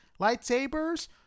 lightsabers